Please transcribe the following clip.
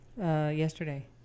yesterday